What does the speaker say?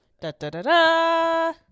Da-da-da-da